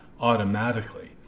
automatically